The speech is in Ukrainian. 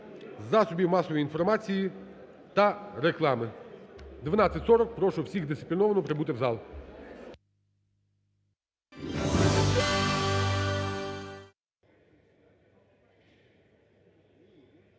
засобів масової інформації та реклами. О 12.40 прошу всіх дисципліновано прибути в зал.